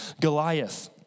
Goliath